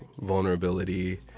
vulnerability